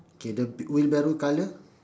K the wheelbarrow colour